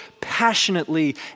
passionately